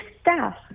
staff